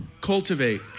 cultivate